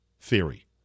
theory